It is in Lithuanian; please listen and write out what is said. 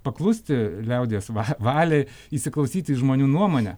paklusti liaudies va valiai įsiklausyt į žmonių nuomonę